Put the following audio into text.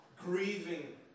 grieving